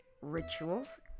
rituals